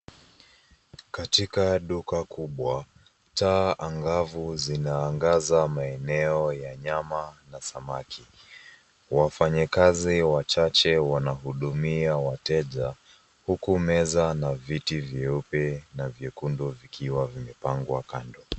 Katika duka kubwa, taa angavu zinaangaza maeneo ya nyama na samaki. Wafanyakazi wachache wanahudumia wateja, huku meza na viti vyeupe na vyekundu vikiwa vimepangwa kando.